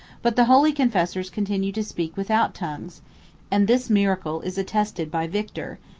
but the holy confessors continued to speak without tongues and this miracle is attested by victor,